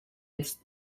its